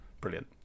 Brilliant